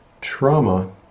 trauma